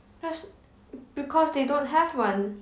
that's because they don't have one